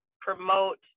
promote